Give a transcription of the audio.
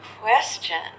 question